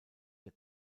der